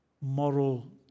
moral